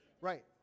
Right